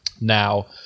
Now